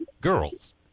girls